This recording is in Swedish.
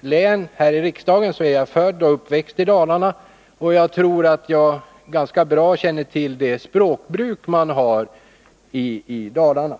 län i riksdagen, är jag född och uppväxt i Dalarna, och jag tror att jag ganska bra känner till det språkbruk man har i Dalarna.